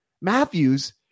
Matthews